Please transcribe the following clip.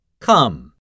Come